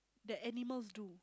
that animals do